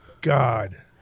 god